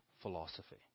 philosophy